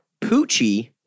Poochie